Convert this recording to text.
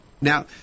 Now